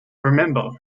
remember